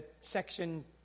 section